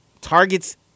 targets